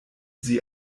sie